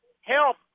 help